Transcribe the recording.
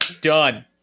Done